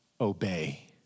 Obey